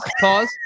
pause